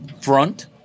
front